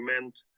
meant